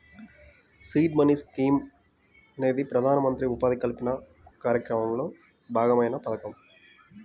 seed money scheme అనేది ప్రధానమంత్రి ఉపాధి కల్పన కార్యక్రమంలో భాగమైన పథకం